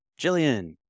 Jillian